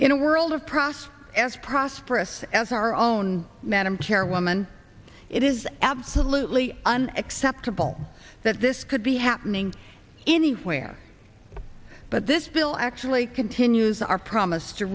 in a world of prost as prosperous as our own madam chairwoman it is absolutely unacceptable that this could be happening anywhere but this bill actually continues our promise to